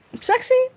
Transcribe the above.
Sexy